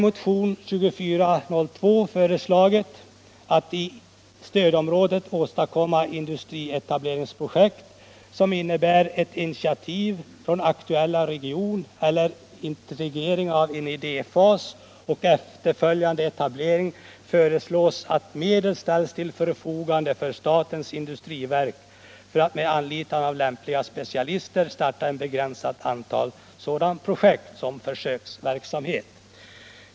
Vi har föreslagit att i stödområdet skall åstadkommas industrietableringsprojekt som innebär ett initiativ från aktuell region och en integrering av idéfas och efterföljande etablering genom att medel ställs till för fogande för statens industriverk för att med anlitande av lämpliga specialister starta ett visst begränsat antal sådana projekt som försöksverksamhet.